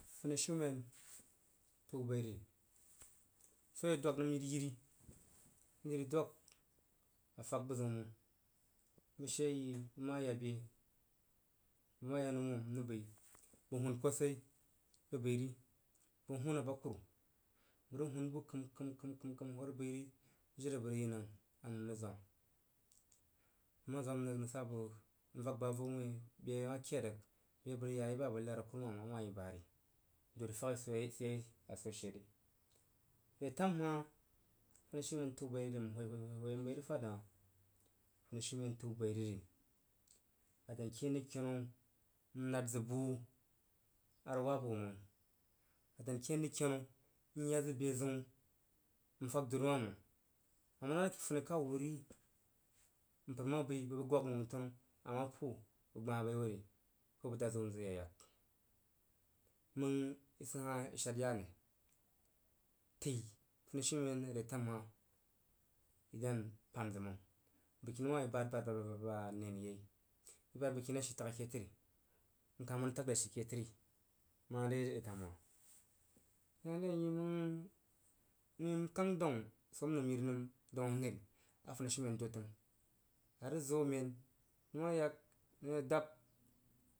Funishiumen təu bai r: swo ci i dwag nəm yiri, i fab bu zəun məng bəg shee yi ma ya be, bəg ma ya numom m ma bəi, bəg hun kosai rig bəi ri, bəg hun abakuru, bəg hun bu nəm kəm kəm kəm hoo rig bəi ri jiri abəg rig yina nəng rig zwam nəng ma zwam rig nəng vak bəg avau wui be ma ked rig be a bəg rig ya yei ba a bəg rig nad a kurumam yi ba’ ri dori faghi sidyei si dye a swo she ri re tam hah funushiumen təu baí vi ri, n whoi whoi bəi rig fad hah funishiumen təu bai rig ri a dari ken zig kenu n nad zig bu a rig wab wua məng a dan ken zig kenu n ya zig be zəun n fag dori wah məng. A ma sid funikau wuh rig mpər ma bəi, bəg bəi gwag wu nəu tanu a ma pu’u bəg gbah bai wo rig ko bəg dad zig wun zəg wu ye yal məng sid hah i shad ya ne? Təui funishiumen retamhah i dan pan zig məng. Bəgkini wah i bad bad bad n nəi rig yei. I bad bəgkini ashii tashi ke təri n kak mən rig tag de ashii taghi ke təri n kak mən rig tag de ashii ke təri mare re tam hah məng nah im kang daun swo a nəm yiri daun a m yi’a aris zoo men n ma yak n ye dab.